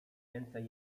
więcej